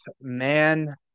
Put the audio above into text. man